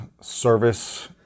service